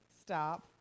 Stop